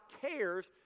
cares